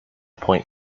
point